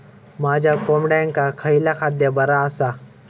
माझ्या कोंबड्यांका खयला खाद्य बरा आसा?